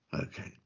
Okay